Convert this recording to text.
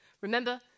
Remember